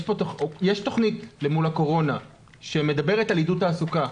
יש תוכנית למול הקורונה שמדברת על עידוד תעסוקה.